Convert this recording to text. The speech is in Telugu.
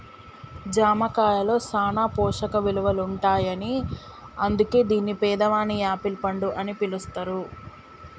జామ కాయలో సాన పోషక ఇలువలుంటాయని అందుకే దీన్ని పేదవాని యాపిల్ పండు అని పిలుస్తారు